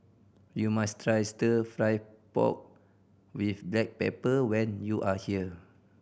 you must try Stir Fry pork with black pepper when you are here